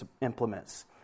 implements